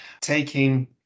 taking